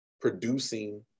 producing